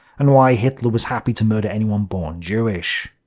and why hitler was happy to murder anyone born jewish.